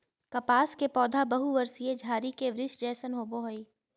कपास के पौधा बहुवर्षीय झारी के वृक्ष जैसन होबो हइ